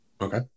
okay